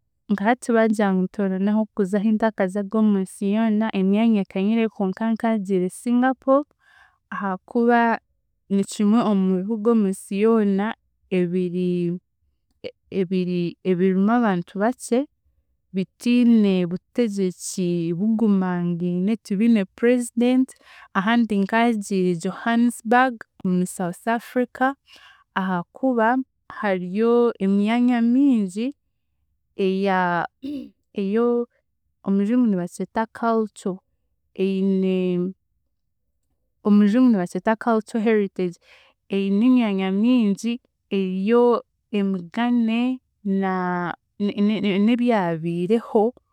Nka hati bangira ntorane ah'okuza ahi ntakazaga omunsi yoona, emyanya ekanyira nkagiire Singapore ahaakuba nikimwe omu bibuga omunsi yoona ebiri ebiri ebirimu abantu bakye, bitiine butegyeki bugumangiine, tibiine president, ahandi nkagiire Johansburg omu SouthAfrica, ahaakuba hariyo emyanya mingi eya eyo omu Rujungu nibakyeta cultural eine omu Rujungu nibakyeta cultural heritage eine enyamya mingi ey'emigane na ne- ne- n'ebyabiireho.